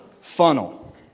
funnel